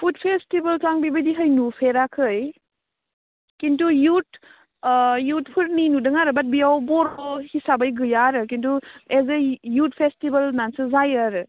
food फेसटिभेलखो आं बेबायदिहाय नुफेराखै खिन्थु इयुथ इयुथफोरनि नुदों आरो बाट बियाव बर' हिसाबै गैया आरो खिन्थु एस ए इयुथ फेसटिभेलनासो जायो आरो